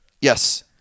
Yes